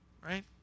right